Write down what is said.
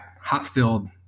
hot-filled